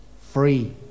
free